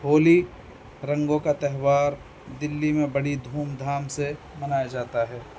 ہولی رنگوں کا تہوار دلی میں بڑی دھوم دھام سے منایا جاتا ہے